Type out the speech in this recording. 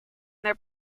their